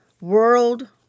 world